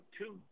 two